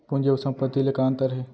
पूंजी अऊ संपत्ति ले का अंतर हे?